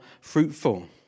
fruitful